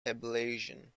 ablation